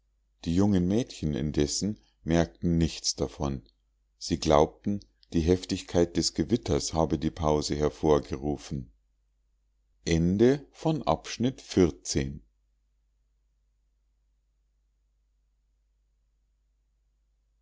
die jungen mädchen indessen merkten nichts davon sie glaubten die heftigkeit des gewitters habe die pause hervorgerufen